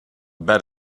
bet